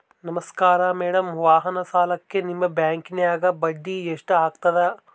ನಮಸ್ಕಾರ ಮೇಡಂ ವಾಹನ ಸಾಲಕ್ಕೆ ನಿಮ್ಮ ಬ್ಯಾಂಕಿನ್ಯಾಗ ಬಡ್ಡಿ ಎಷ್ಟು ಆಗ್ತದ?